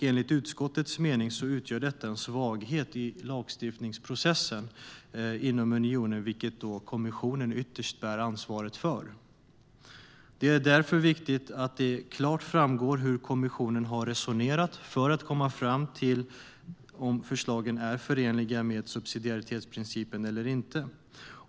Enligt utskottets mening utgör detta en svaghet i lagstiftningsprocessen inom unionen, vilket kommissionen ytterst bär ansvaret för. Det är därför viktigt att det klart framgår hur kommissionen har resonerat för att komma fram till om förslagen är förenliga med subsidiaritetsprincipen eller inte.